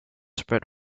spread